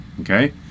okay